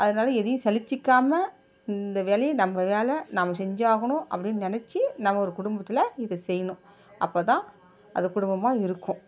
அதனால எதையும் சலிச்சிக்காமல் இந்த வேலையை நம்ம வேலை நம்ப செஞ்சாகணும் அப்படின்னு நெனச்சு நம்மளோடய குடும்பத்தில் இதை செய்யணும் அப்போதான் அது குடும்பமாக இருக்கும்